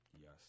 Yes